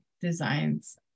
designs